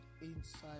inside